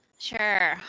Sure